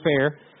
fair